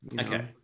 Okay